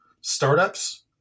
startups